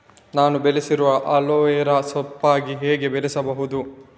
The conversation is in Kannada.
ನಾನು ಬೆಳೆಸಿರುವ ಅಲೋವೆರಾ ಸೋಂಪಾಗಿ ಹೇಗೆ ಬೆಳೆಸಬಹುದು?